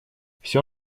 все